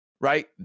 right